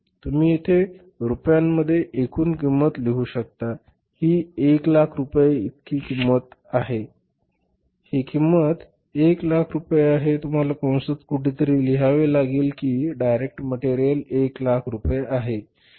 तुम्ही येथे रुपयांमध्ये एकूण किंमत लिहू शकता ही एक लाख रुपये इतकी किंमत आहे ही किंमत एक लाख रुपये आहे तुम्हाला कंसात कुठे तरी रूपये लिहावे लागेल आणि डायरेक्ट मटेरियल एक लाख रुपये आहे